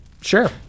Sure